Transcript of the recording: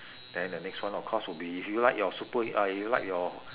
then the next one of course will be if you like your superh~ uh you like your